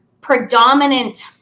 predominant